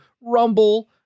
Rumble